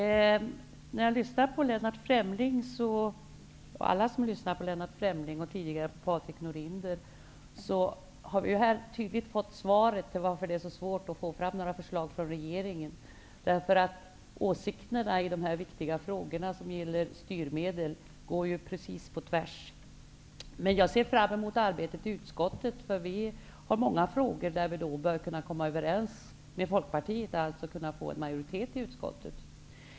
Herr talman! Efter att ha lyssnat till Lennart Fremling och tidigare Patrik Norinder kan man konstatera att vi här tydligt fått svaret på frågan varför det är så svårt att få fram några förslag från regeringen. Åsikterna när det gäller de viktiga frågorna om styrmedel går ju precis på tvärs. Jag ser emellertid fram emot arbetet i utskottet. Vi har många frågor som vi bör kunna komma överens om med Folkpartiet, dvs. få majoritet för i utskottet.